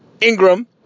Ingram